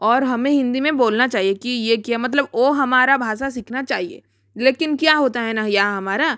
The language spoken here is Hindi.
और हमें हिन्दी में बोलना चाहिए कि ये क्या मतलब वो हमारा भाषा सीखना चाहिए लेकिन क्या होता है न यहाँ हमारा